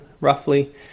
roughly